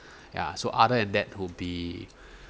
ya so other than that will be